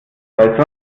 weil